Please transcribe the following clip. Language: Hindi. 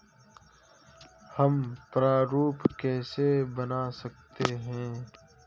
हम प्रारूप कैसे बना सकते हैं?